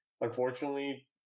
unfortunately